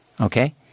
Okay